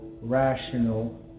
rational